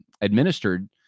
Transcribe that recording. administered